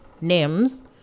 names